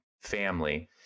family